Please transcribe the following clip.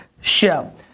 show